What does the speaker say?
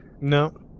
No